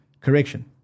correction